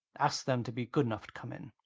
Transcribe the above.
ask them to be good enough to come in.